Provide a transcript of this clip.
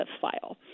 file